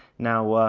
now,